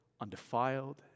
undefiled